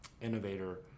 innovator